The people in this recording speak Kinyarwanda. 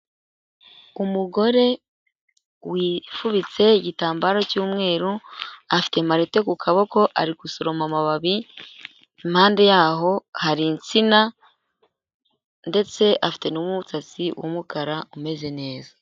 Umugore wifubitse igitambaro cy'umweru, afite marete ku kaboko ari gusoroma amababi, impande yaho hari insina ndetse afite n'usatsi w'umukara umeze neza.